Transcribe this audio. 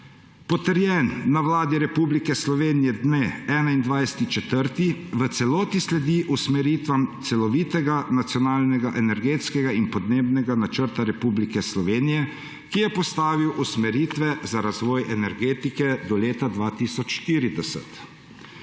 potrjen na Vladi Republike Slovenije dne 21. 4., v celoti sledi usmeritvam celovitega Nacionalnega energetskega in podnebnega načrta Republike Slovenije, ki je postavil usmeritve za razvoj energetike do leta 2040.